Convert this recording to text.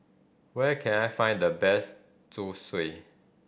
where can I find the best Zosui